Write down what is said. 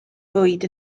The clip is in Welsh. fwyd